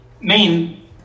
main